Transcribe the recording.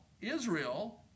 Israel